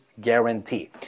guarantee